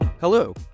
Hello